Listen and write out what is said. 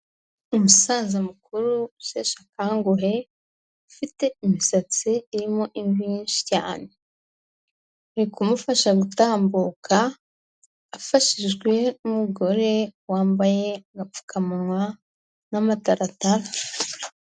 Umusaza mukuru, usheshe akanguhe, ufite imisatsi irimo imvi nyinshi cyane, bari kumufasha gutambuka afashijwe n'umugore wambaye agapfukamunwa n'amataratara.